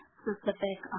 specific